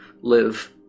Live